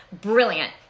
Brilliant